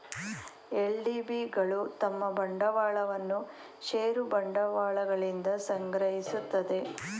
LDB ಗಳು ತಮ್ಮ ಬಂಡವಾಳವನ್ನು ಷೇರು ಬಂಡವಾಳಗಳಿಂದ ಸಂಗ್ರಹಿಸುತ್ತದೆ